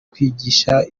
kwigisha